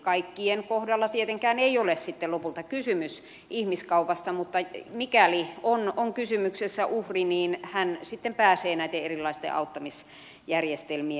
kaikkien kohdalla tietenkään ei ole sitten lopulta kysymys ihmiskaupasta mutta mikäli on kysymyksessä uhri niin hän sitten pääsee näitten erilaisten auttamisjärjestelmien piiriin